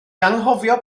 anghofio